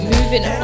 Moving